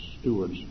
stewards